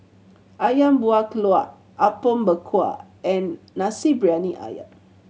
Ayam Buah Keluak Apom Berkuah and Nasi Briyani Ayam